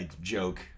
joke